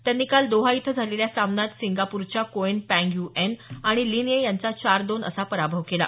त्यांनी काल दोहा इथं झालेल्या सामन्यात सिंगापूरच्या कोएन पँग यू एन आणि लिन ये यांचा चार दोन असा पराभव केला